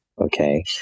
Okay